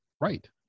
Right